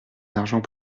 d’argent